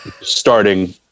starting